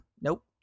nope